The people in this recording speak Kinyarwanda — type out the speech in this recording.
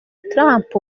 trump